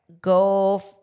go